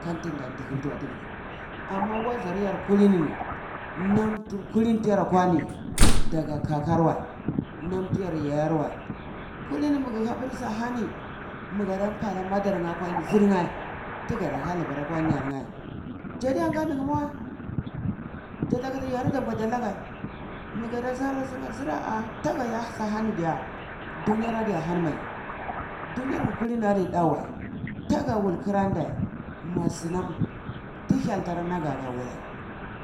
Kan tinda dhihulba tigiri, amma wazar kulini ni nam tur kilini tiya kwani daga kakar wəi, nam tiyar yayar wəi kulini gi hapur sa hani mu gadan pa la madar nye zir nye nga da tha labar kwa nyarnye, jadi yanga ninye ma wəi jata kiti yar ngwi ja lagya mugadi zirai ah taga iya sa hani diya, dunyar adi ahani mai dunyar kudini, adi əa wəi taga wul kra ndai, ma sunam, tihyel tara naga aga wulei,